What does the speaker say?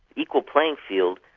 equal playing-fields,